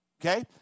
Okay